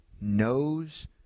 knows